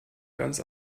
ganz